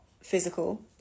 physical